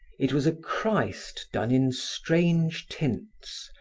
it was a christ done in strange tints,